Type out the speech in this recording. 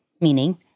meaning